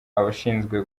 abashinzwe